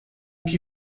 que